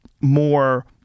more